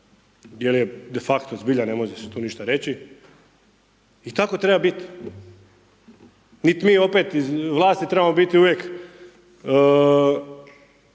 jer je de facto zbilja ne može se tu ništa reći. I tako treba biti. Niti mi opet iz vlasti trebamo biti uvijek